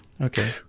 Okay